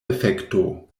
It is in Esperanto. efekto